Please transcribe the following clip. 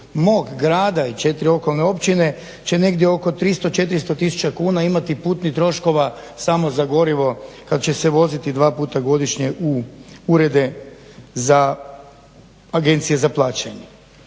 mog grada i 4 okolne općine će negdje oko 300, 400 tisuća kuna imati putnih troškova samo za gorivo kad će se voziti dva puta godišnje u urede Agencije za plaćanje.